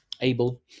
able